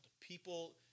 People